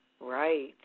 Right